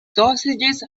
sausages